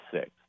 six